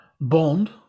Bond